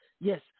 Yes